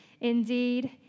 Indeed